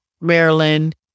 Maryland